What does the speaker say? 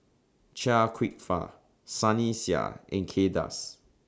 Chia Kwek Fah Sunny Sia and Kay Das